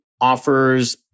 offers